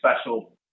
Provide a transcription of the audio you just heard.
special